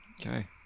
Okay